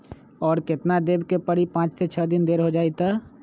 और केतना देब के परी पाँच से छे दिन देर हो जाई त?